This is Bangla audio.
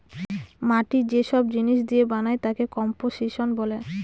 মাটি যে সব জিনিস দিয়ে বানায় তাকে কম্পোসিশন বলে